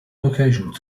locations